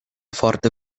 forta